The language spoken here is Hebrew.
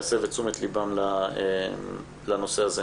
להסב את תשומת ליבם לנושא הזה.